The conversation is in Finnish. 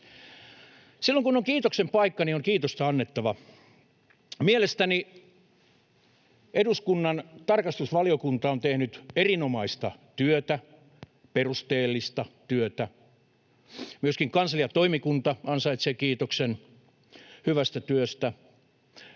Silloin kun on kiitoksen paikka, niin on kiitosta annettava. Mielestäni eduskunnan tarkastusvaliokunta on tehnyt erinomaista työtä, perusteellista työtä. Myöskin kansliatoimikunta ansaitsee kiitoksen hyvästä työstä,